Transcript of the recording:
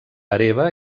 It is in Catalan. hereva